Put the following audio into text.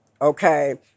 okay